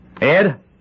Ed